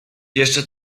jeszcze